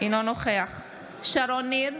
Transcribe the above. אינו נוכח שרון ניר,